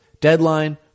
deadline